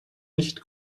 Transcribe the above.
nicht